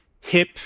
hip